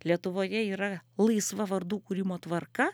lietuvoje yra laisva vardų kūrimo tvarka